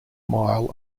mile